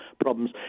problems